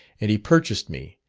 and he purchased me,